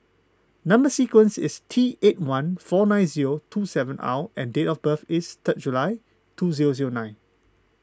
Number Sequence is T eight one four nine zero two seven R and date of birth is third July two zero zero nine